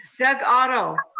doug otto.